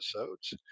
episodes